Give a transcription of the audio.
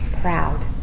proud